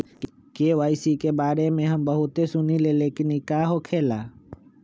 KYC के बारे में हम बहुत सुनीले लेकिन इ का होखेला?